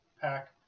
pack